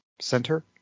Center